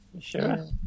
sure